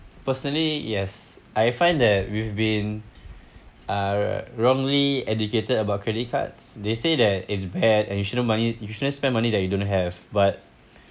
personally yes I find that we've been uh wrongly educated about credit cards they say that it's bad and you shouldn't money you shouldn't spend money that you don't have but